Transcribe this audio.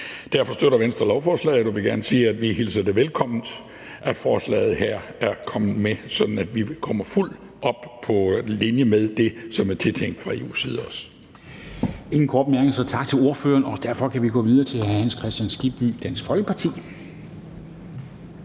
Derfor støtter Venstre lovforslaget, og vi vil gerne sige, at vi hilser det velkommen, at forslaget her er kommet med, sådan at vi kommer fuldt ud på linje med det, som er tiltænkt fra EU's side.